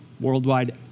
Worldwide